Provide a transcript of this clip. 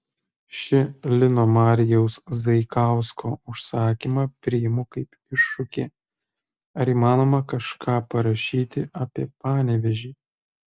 šį lino marijaus zaikausko užsakymą priimu kaip iššūkį ar įmanoma kažką parašyti apie panevėžį